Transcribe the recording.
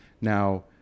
Now